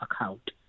account